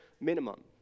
minimum